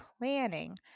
planning